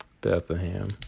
Bethlehem